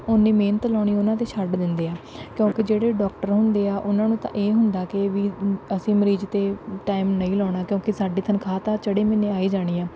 ਉੰਨੀ ਮਿਹਨਤ ਲਗਾਉਣੀ ਉਹਨਾਂ 'ਤੇ ਛੱਡ ਦਿੰਦੇ ਆ ਕਿਉਂਕਿ ਜਿਹੜੇ ਡਾਕਟਰ ਹੁੰਦੇ ਆ ਉਹਨਾਂ ਨੂੰ ਤਾਂ ਇਹ ਹੁੰਦਾ ਕਿ ਵੀ ਅਸੀਂ ਮਰੀਜ਼ 'ਤੇ ਟਾਈਮ ਨਹੀਂ ਲਗਾਉਣਾ ਕਿਉਂਕਿ ਸਾਡੀ ਤਨਖਾਹ ਤਾਂ ਚੜੇ ਮਹੀਨੇ ਆ ਹੀ ਜਾਣੀ ਆ